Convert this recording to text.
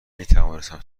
میتوانستم